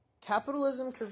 capitalism